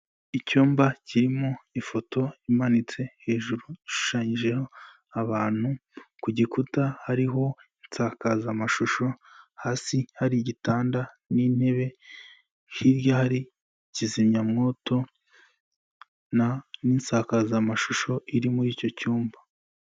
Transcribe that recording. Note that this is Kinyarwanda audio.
Icyumba kirimo ifoto imanitse hejuru ishushanyijeho abantu, ku gikuta hariho insakazamashusho, hasi hari igitanda n'intebe, hirya hari kizimyamwoto na n'isakazamashusho iri muri icyo cyumba.